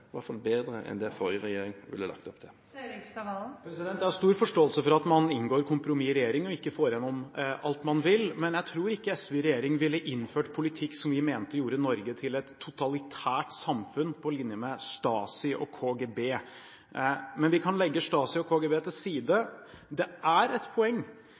hvert fall bedre en den forrige regjering ville lagt opp til. Jeg har stor forståelse for at man inngår kompromiss og ikke får igjennom alt man vil i regjering. Men jeg tror ikke SV i regjering ville innført politikk som vi mente gjorde Norge til et totalitært samfunn – på linje med Stasi og KGB. – Men vi kan legge Stasi og KGB til side. Det er et poeng